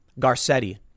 Garcetti